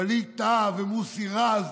ווליד טאהא ומוסי רז